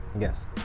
Yes